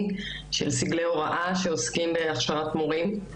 של סגלי ההוראה שעוסקים בהכשרת מורים.